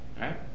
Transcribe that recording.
Right